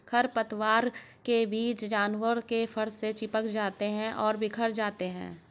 खरपतवार के बीज जानवर के फर से चिपक जाते हैं और बिखर जाते हैं